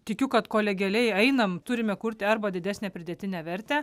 tikiu kad kolegialiai einam turime kurti arba didesnę pridėtinę vertę